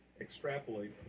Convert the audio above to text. extrapolate